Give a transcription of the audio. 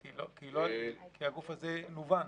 כי הגוף הזה נוון.